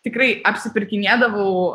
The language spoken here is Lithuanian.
tikrai apsipirkinėdavau